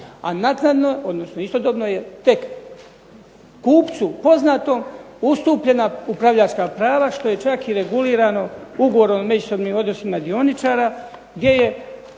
A naknadno, odnosno istodobno je tek kupcu poznato, ustupljena upravljačka prava što je čak i regulirano Ugovorom o međusobnim odnosima dioničara gdje je